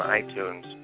iTunes